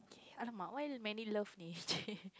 !alamak! why many love